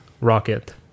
Rocket